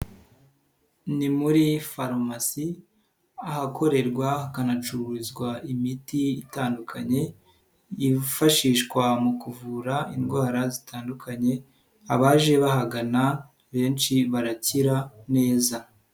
Ni muri farumasi ahakorerwa hakanacururizwa imiti itandukanye yifashishwa mu kuvura indwara zitandukanye abaje bahagana benshi barakira neza.